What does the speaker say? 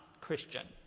Christian